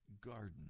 garden